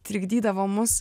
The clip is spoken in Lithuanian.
trikdydavo mus